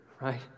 right